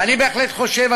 ואני בהחלט חושב,